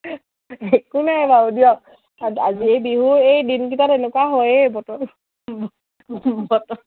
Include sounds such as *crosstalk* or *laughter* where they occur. একো নাই বাৰু দিয়ক *unintelligible* বিহু এই দিনকিটা এনেকুৱা হয়েই বতৰ